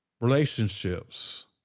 relationships